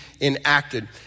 enacted